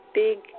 big